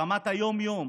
ברמת היום-יום,